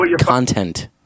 content